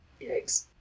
Yikes